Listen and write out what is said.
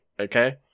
okay